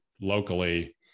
locally